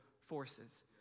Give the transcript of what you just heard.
forces